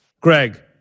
Greg